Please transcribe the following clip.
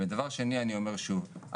דבר שני אני אומר שוב,